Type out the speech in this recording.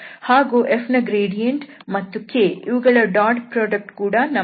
ಹಾಗೂ f ನ gradient ಮತ್ತು k ಇವುಗಳ ಡಾಟ್ ಪ್ರೊಡಕ್ಟ್ ಕೂಡ ನಮ್ಮಲ್ಲಿದೆ